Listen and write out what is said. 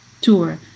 tour